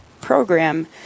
program